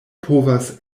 povas